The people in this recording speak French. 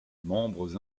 membres